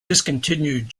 discontinued